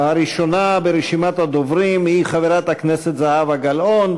הראשונה ברשימת הדוברים היא חברת הכנסת זהבה גלאון,